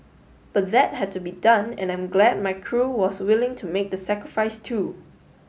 but that had to be done and I'm glad my crew was willing to make the sacrifice too